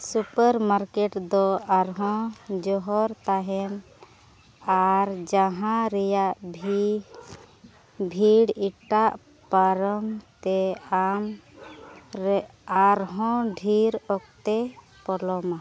super market ᱫᱚ ᱟᱨᱦᱚᱸ ᱡᱚᱦᱚᱨ ᱛᱟᱦᱮᱱ ᱟᱨ ᱡᱟᱦᱟᱸ ᱨᱮᱭᱟᱜ ᱵᱷᱤ ᱵᱷᱤᱲ ᱮᱴᱟᱜ ᱯᱟᱨᱚᱢ ᱛᱮ ᱟᱢ ᱨᱮ ᱟᱨᱦᱚᱸ ᱰᱷᱮᱹᱨ ᱚᱠᱛᱮ ᱯᱚᱞᱚᱢᱟ